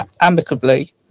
amicably